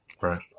right